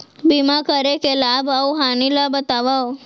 बीमा करे के लाभ अऊ हानि ला बतावव